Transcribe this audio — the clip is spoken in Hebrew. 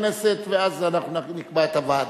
קודם נראה אם הכנסת, ואז אנחנו נקבע את הוועדה.